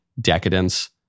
decadence